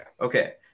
okay